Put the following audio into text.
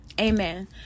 Amen